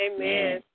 Amen